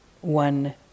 one